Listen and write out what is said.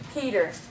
Peter